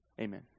Amen